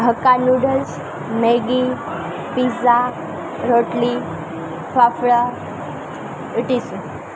હકા noodles Maggi pizza રોટલી ફાફડા ઇટીસુ